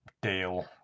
deal